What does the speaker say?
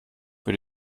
für